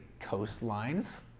coastlines